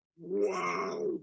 wow